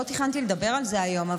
לא תכננתי לדבר על זה היום,